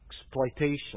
exploitation